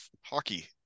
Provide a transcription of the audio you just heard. hockey